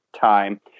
time